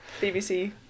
BBC